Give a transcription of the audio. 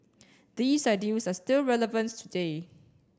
these ideals are still relevance today